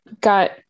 got